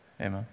Amen